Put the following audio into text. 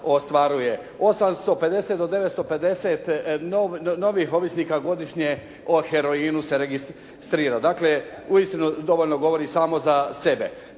859 do 950 novih ovisnika godišnje o heroinu se registrira. Dakle, uistinu dovoljno govori samo za sebe.